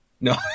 No